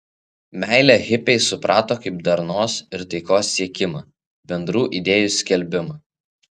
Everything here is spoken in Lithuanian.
meilę hipiai suprato kaip darnos ir taikos siekimą bendrų idėjų skelbimą